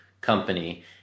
company